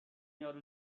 یارو